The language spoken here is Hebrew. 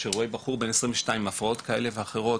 שרואה בחור בן 22 עם הפרעות כאלה ואחרות